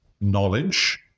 knowledge